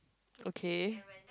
okay